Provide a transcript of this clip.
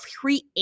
create